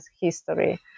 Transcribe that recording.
history